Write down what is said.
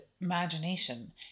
imagination